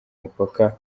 mupaka